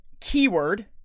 keyword